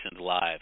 Live